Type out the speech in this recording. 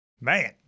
Man